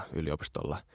yliopistolla